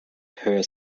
her